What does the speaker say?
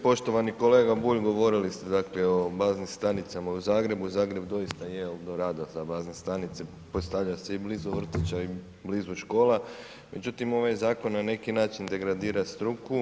Poštovani kolega Bulj govorili ste dakle o baznim stanicama u Zagrebu, Zagreb doista je eldorado za bazne stanice, postavlja se i blizu vrtića, i blizu škola, međutim ovaj Zakon na neki način degradira struku.